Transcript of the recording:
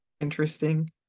interesting